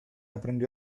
aprendió